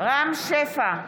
רם שפע,